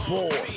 Boy